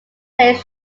plays